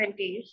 20s